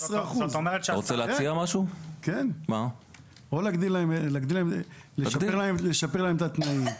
זה 15%. אני מציע, בואו נשפר להם את התנאים.